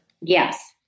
Yes